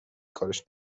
کارش